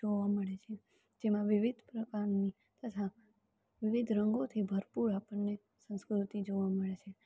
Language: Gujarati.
જોવા મળે છે જેમાં વિવિધ પ્રકારની તથા વિવિધ રંગોથી ભરપૂર આપણને સંસ્કૃતિ જોવા મળે છે